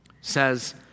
says